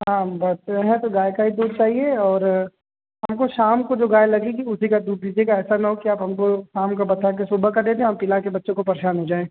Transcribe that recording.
हाँ बच्चे हैं तो गाय का ही दूध चाहिए और हमको शाम को जो गाय लगेगी उसी का दूध दीजिएगा ऐसा ना हो कि आप हमको शाम का बता के सुबह का दे दें हम पिला के बच्चों को परेशान हो जाए